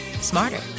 smarter